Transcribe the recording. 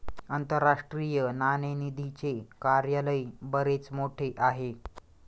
आंतरराष्ट्रीय नाणेनिधीचे कार्यालय बरेच मोठे आहे